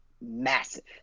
massive